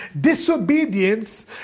disobedience